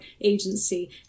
agency